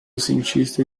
cientista